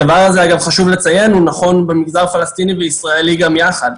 אגב חשוב לציין שזה נכון במגזר הפלסטיני והישראלי גם יחד.